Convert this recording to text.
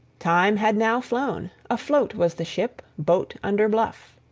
time had now flown afloat was the ship, boat under bluff.